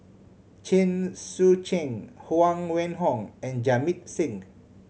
Chen Sucheng Huang Wenhong and Jamit Singh